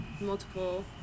multiple